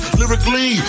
lyrically